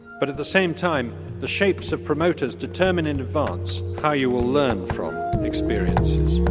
but at the same time the shapes of promoters determine in advance how you will learn from experiences.